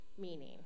meaning